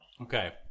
Okay